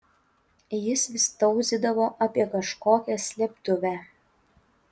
jis vis tauzydavo apie kažkokią slėptuvę